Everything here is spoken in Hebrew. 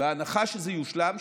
בהנחה שזה יושלם,